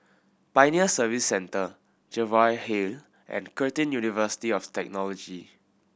Pioneer Service Centre Jervois Hill and Curtin University of Technology